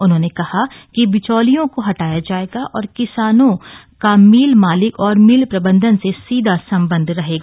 उन्होंने कहा कि बिचौलिओं को हटाया जाएगा और किसानों का मिल मालिक और मिल प्रबंधन से सीधा संबंध रहेगा